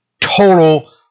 total